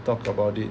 talk about it